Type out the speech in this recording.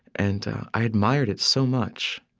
and i admired it so much,